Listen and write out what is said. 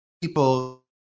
People